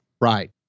Right